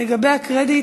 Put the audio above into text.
לגבי הקרדיט: